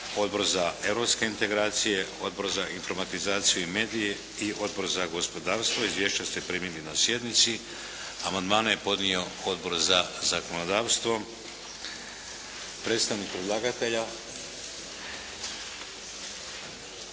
Odbor za europske integracije, Odbor za informatizaciju i medije i Odbor za gospodarstvo. Izvješća ste primili na sjednici. Amandmane je podnio Odbor za zakonodavstvo. Predstavnik predlagatelja